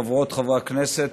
חברות וחברי הכנסת,